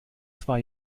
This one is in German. zwar